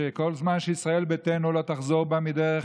שכל זמן שישראל ביתנו לא תחזור בה מדרך